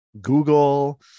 Google